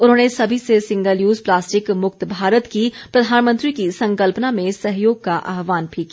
उन्होंने सभी से सिंगल यूज़ प्लास्टिक मुक्त भारत की प्रधानमंत्री की संकल्पना में सहयोग का आह्वान भी किया